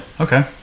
Okay